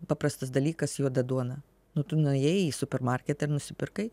paprastas dalykas juoda duona nu tu nuėjai į supermarketą ir nusipirkai